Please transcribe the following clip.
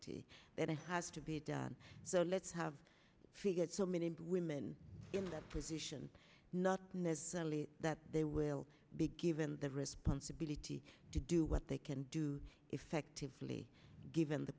it has to be done so let's have figured so many women in that position not necessarily that they will be given the responsibility to do what they can do effectively given the